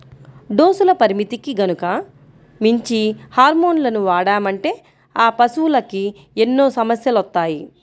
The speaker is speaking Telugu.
డోసుల పరిమితికి గనక మించి హార్మోన్లను వాడామంటే ఆ పశువులకి ఎన్నో సమస్యలొత్తాయి